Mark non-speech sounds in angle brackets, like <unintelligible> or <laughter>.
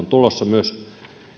<unintelligible> tulossa